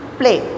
play